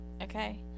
Okay